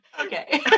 Okay